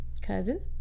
Cousin